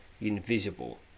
Invisible